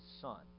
son